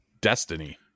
destiny